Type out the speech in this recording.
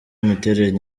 imiterere